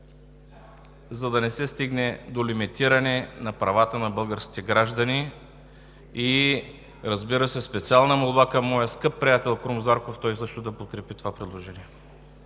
за да не се стигне до лимитиране на правата на българските граждани! И, разбира се, специална молба към моя скъп приятел Крум Зарков – той също да подкрепи това предложение!